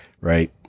Right